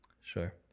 Sure